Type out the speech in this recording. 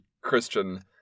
Christian